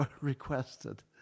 requested